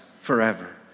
forever